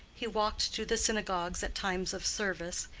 he walked to the synagogues at times of service,